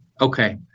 Okay